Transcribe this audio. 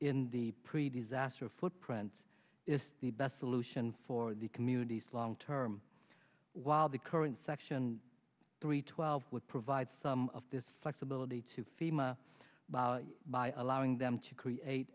in the pre disaster footprint is the best solution for the communities long term while the current section three twelve would provide some of this flexibility to fema by by allowing them to create